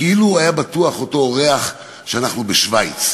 כאילו, היה בטוח אותו אורח, שאנחנו בשווייץ,